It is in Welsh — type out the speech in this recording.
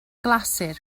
glasur